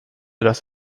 dass